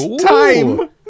Time